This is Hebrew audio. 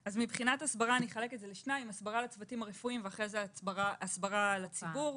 הסברה אחלק את זה לשניים: הסברה לצוותים הרפואיים והסברה לציבור.